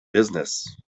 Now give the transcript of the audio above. business